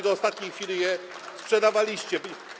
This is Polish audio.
Do ostatniej chwili je sprzedawaliście.